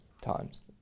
times